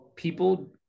People